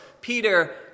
Peter